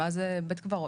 מה זה בית קברות?